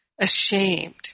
ashamed